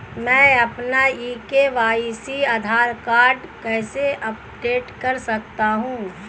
मैं अपना e KYC Aadhaar card कैसे अपडेट कर सकता हूँ?